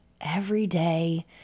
everyday